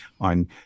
on